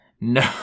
No